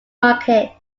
market